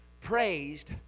praised